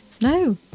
no